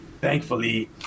thankfully